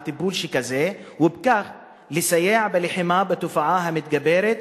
טיפול שכזה ובכך לסייע בלחימה בתופעה המתגברת,